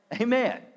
Amen